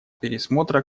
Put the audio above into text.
пересмотра